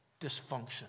dysfunction